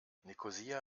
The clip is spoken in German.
nikosia